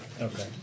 Okay